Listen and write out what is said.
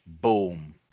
Boom